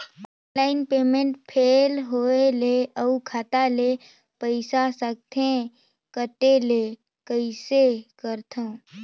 Online payment fail होय ले अउ खाता ले पईसा सकथे कटे ले कइसे करथव?